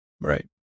Right